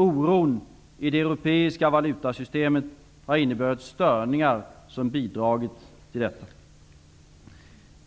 Oron i det europeiska valutasystemet har inneburit störningar som bidragit till detta.